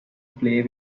play